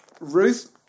Ruth